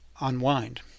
unwind